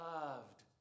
loved